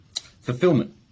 fulfillment